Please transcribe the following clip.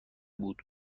بود